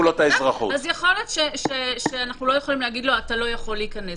יכול להיות שאנחנו לא יכולים לומר לו: אתה לא יכול להיכנס.